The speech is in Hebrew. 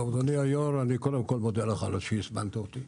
אדוני היושב-ראש, אני מודה לך על כך שהזמנת אותי.